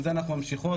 עם זה אנחנו ממשיכות.